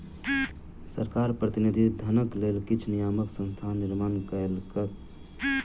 सरकार प्रतिनिधि धनक लेल किछ नियामक संस्थाक निर्माण कयलक